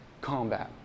combat